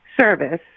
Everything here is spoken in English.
service